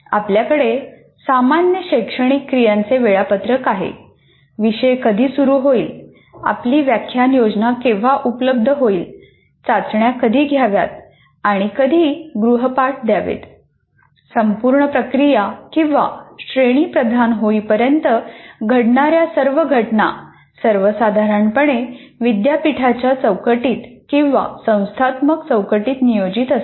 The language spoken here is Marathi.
आपल्याकडे सामान्य शैक्षणिक क्रियांचे वेळापत्रक आहे विषय कधी सुरू होईल आपली व्याख्यान योजना केव्हा उपलब्ध होईल चाचण्या कधी घ्याव्यात किंवा कधी गृहपाठ द्यावेत संपूर्ण प्रक्रिया किंवा श्रेणी प्रधान होईपर्यंत घडणाऱ्या सर्व घटना सर्व साधारणपणे विद्यापीठाच्या चौकटीत किंवा संस्थात्मक चौकटीत नियोजित असतात